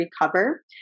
recover